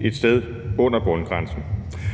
et sted under bundgrænsen.